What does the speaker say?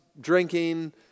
drinking